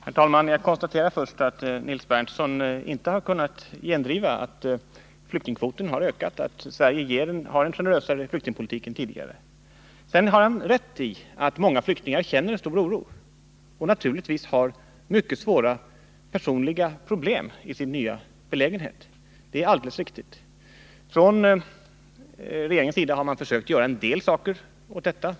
Herr talman! Jag konstaterar först att Nils Berndtson inte har kunnat gendriva att flyktingkvoten har ökat, att Sverige har en generösare flyktingpolitik nu än tidigare. Sedan har Nils Berndtson rätt i att många flyktingar känner en stor oro och naturligtvis har mycket svåra personliga problem i sin nya belägenhet. Det är alldeles riktigt. Regeringen har försökt göra en del åt detta.